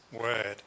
word